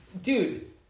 Dude